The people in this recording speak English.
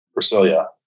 Brasilia